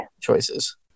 choices